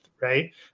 right